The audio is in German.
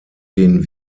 den